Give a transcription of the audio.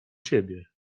ciebie